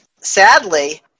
sadly